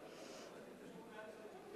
סעיף 2,